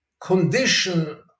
condition